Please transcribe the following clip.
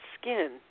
skin